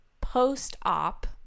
post-op